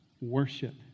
Worship